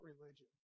religion